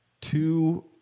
two